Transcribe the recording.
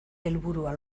helburua